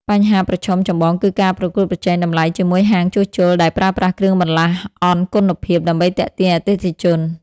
បញ្ហាប្រឈមចម្បងគឺការប្រកួតប្រជែងតម្លៃជាមួយហាងជួសជុលដែលប្រើប្រាស់គ្រឿងបន្លាស់អន់គុណភាពដើម្បីទាក់ទាញអតិថិជន។